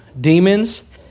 demons